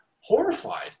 horrified